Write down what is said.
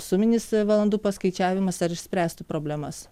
suminis valandų paskaičiavimas ar išspręstų problemas